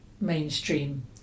mainstream